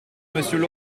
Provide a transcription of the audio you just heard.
monsieur